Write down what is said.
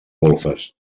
golfes